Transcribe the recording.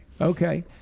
Okay